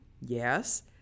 Yes